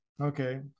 okay